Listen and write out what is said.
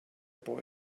boy